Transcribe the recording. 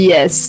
Yes